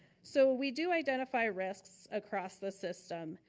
so we do identify risks across the system.